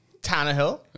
Tannehill